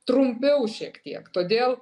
trumpiau šiek tiek todėl